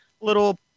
little